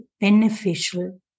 beneficial